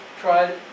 tried